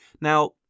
Now